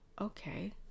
okay